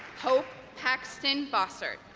hope paxton bossart